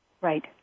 Right